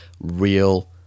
real